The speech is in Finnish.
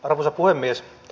arvoisa puhemies